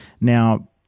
Now